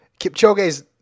Kipchoge's